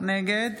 נגד